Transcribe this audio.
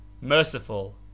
merciful